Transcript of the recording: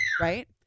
right